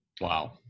Wow